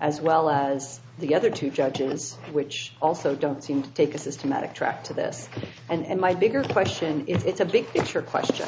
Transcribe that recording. as well as the other two judges which also don't seem to take a systematic track to this and my bigger question if it's a big picture question